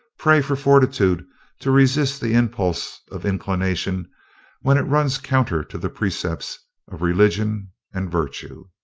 pray for fortitude to resist the impulse of inclination when it runs counter to the precepts of religion and virtue.